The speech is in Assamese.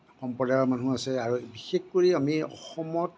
সম্প্ৰদায়ৰ মানুহ আছে আৰু বিশেষ কৰি আমি অসমত